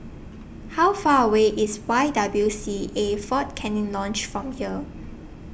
How Far away IS Y W C A Fort Canning Lodge from here